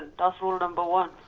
that's rule number one.